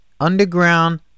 underground